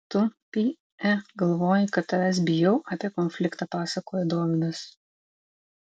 tu py e galvoji kad tavęs bijau apie konfliktą pasakojo dovydas